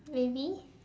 really